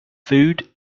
food